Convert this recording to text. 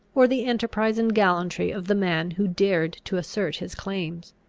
or the enterprise and gallantry of the man who dared to assert his claims?